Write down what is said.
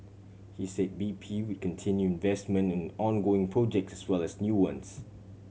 he said B P would continue investment in ongoing projects as well as new ones